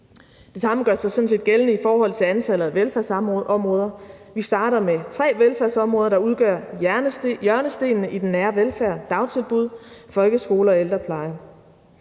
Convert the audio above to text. Det samme gør sig sådan set gældende i forhold til antallet af velfærdsområder. Vi starter med tre velfærdsområder, der udgør hjørnestenen i den nære velfærd: dagtilbud, folkeskole og ældrepleje.